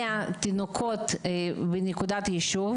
100 תינוקות בנקודת יישוב